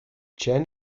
chen